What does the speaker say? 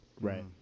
Right